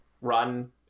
run